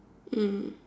mm